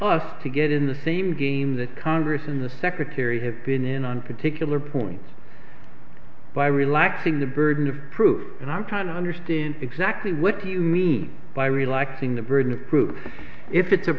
us to get in the same game that congress and the secretary have been in on particular points by relaxing the burden of proof and i'm trying to understand exactly what do you mean by relaxing the burden of proof if it's a